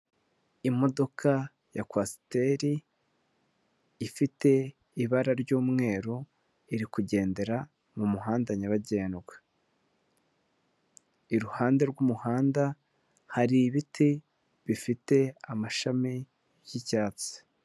Imodoka ya kwasiteri ifite ibara ry'umweru iri kugendera mu muhanda nyabagendwa. Iruhande rw'umuhanda hari ibiti bifite amashami y'icyatsi.